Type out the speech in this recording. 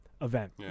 event